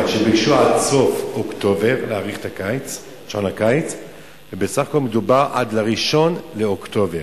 שביקשו להאריך את שעון הקיץ עד סוף אוקטובר,